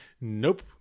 Nope